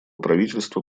правительства